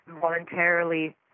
voluntarily